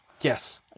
Yes